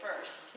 First